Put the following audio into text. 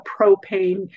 propane